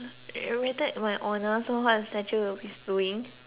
my honour so what the statue is doing